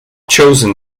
chosen